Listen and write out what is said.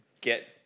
get